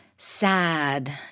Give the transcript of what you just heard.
Sad